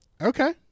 okay